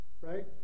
Right